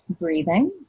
breathing